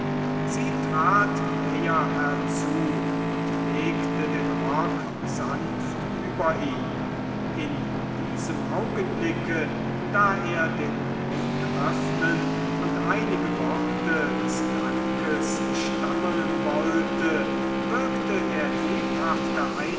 sie trat näher herzu und legte den rock sanft über ihn in diesem augenblicke da er den mund öffnen und einige worte des dankes stammeln wollte wirkte der lebhafte